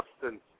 substance